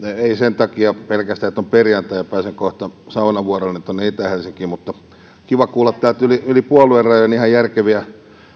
ei sen takia pelkästään että on perjantai ja pääsen kohta saunavuorolle tuonne itä helsinkiin mutta on kiva kuulla yli yli puoluerajojen ihan järkeviä